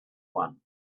one